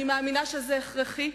אני מאמינה שזה הכרחי,